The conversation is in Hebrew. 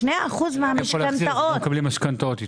2% מהמשכנתאות, מקבלי המשכנתאות.